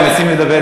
מנסים לדבר אתך.